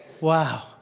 Wow